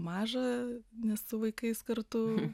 maža nes su vaikais kartu